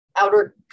outer